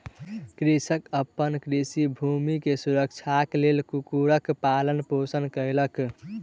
कृषक अपन कृषि भूमि के सुरक्षाक लेल कुक्कुरक पालन पोषण कयलक